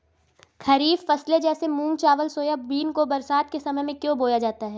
खरीफ फसले जैसे मूंग चावल सोयाबीन को बरसात के समय में क्यो बोया जाता है?